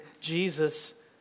Jesus